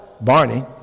Barney